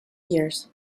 years